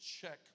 check